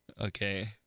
Okay